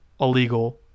illegal